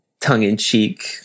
tongue-in-cheek